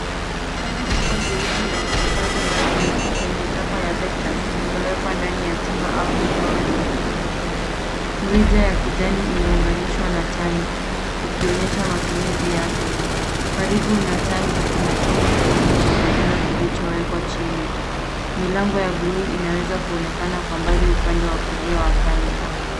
Tangi kubwa jeusi la kuhifadhi maji lenye chapa ya vectus limewekwa ndani ya chumba au eneo lenye kivuli. Mrija ya kijani imeunganishwa na tangi ikionyesha matumizi yake. Karibu na tangi kuna chombo kidogo cha manjano kilichowekwa chini. Milango ya bluu inaweza kuonekana kwa mbali upande wa kulia wa tangi.